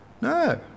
No